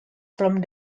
from